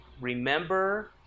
remember